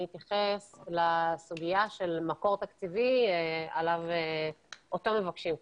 אני אתייחס לסוגיה של מקור תקציבי אותו מבקשים כרגע.